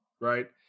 Right